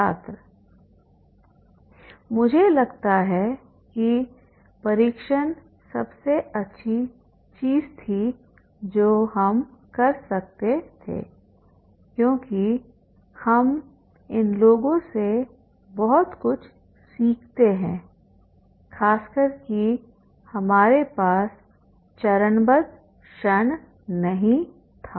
छात्र मुझे लगता है कि परीक्षण सबसे अच्छी चीज थी जो हम कर सकते थे क्योंकि हम इन लोगों से बहुत कुछ सीखते हैं खासकर कि हमारे पास चरणबद्ध क्षण नहीं था